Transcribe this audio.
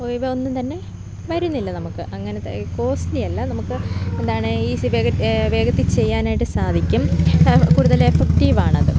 ഇവയൊന്നും തന്നെ വരുന്നില്ല നമുക്ക് അങ്ങനത്തെ കോസ്റ്റ്ലി അല്ല നമുക്ക് എന്താണ് ഈസി വേഗത്തിൽ ചെയ്യാനായിട്ട് സാധിക്കും കൂടുതൽ എഫക്റ്റീവ് ആണത്